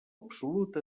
absolut